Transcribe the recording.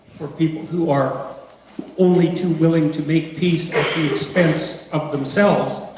for people who are only too willing to make peace at the expense of themselves,